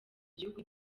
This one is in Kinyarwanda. gihugu